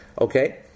Okay